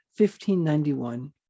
1591